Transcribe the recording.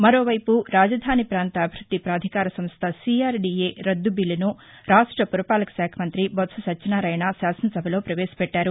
మరోవైపు రాజధాని పాంత అభివృద్ది పాధికార సంస్ట సిఆర్డిఏ రద్దు బిల్లను రాష్ట్ర పురపాలక శాఖ మంతి బొత్స సత్యనారాయణ శాసనసభలో పవేశపెట్టారు